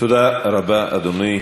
תודה רבה, אדוני.